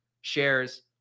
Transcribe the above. shares